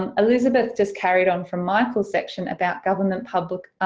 um elizabeth just carried on from michael's section about government public,